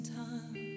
time